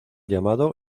llamado